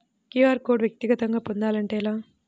QR code వ్యక్తిగతంగా పొందాలంటే ఎలా?